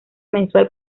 mensual